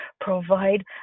provide